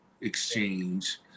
exchange